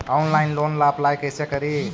Online loan ला apply कैसे करी?